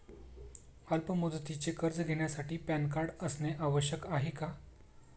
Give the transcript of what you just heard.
अल्प मुदतीचे कर्ज घेण्यासाठी पॅन कार्ड असणे आवश्यक आहे का?